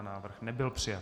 Návrh nebyl přijat.